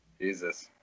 jesus